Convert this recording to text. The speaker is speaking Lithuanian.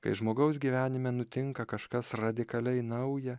kai žmogaus gyvenime nutinka kažkas radikaliai nauja